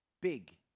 big